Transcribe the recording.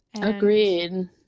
Agreed